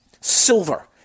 silver